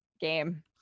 game